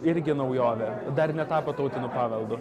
irgi naujovė dar netapo tautiniu paveldu